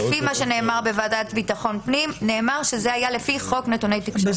לפי מה שנאמר בוועדת ביטחון פנים זה היה לפי חוק נתוני תקשורת.